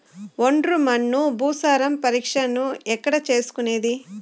ఒండ్రు మన్ను భూసారం పరీక్షను ఎక్కడ చేసుకునేది?